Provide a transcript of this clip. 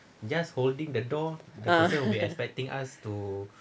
ah